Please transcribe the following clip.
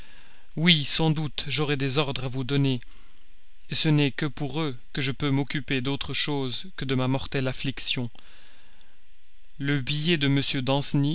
oui sans doute j'aurai des ordres à vous donner ce n'est que pour eux que je peux m'occuper d'autre chose que de ma mortelle affliction le billet de